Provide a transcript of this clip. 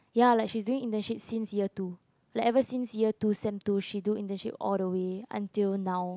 ya like she's doing internship since year two like ever since year two sem two she do internship all the way until now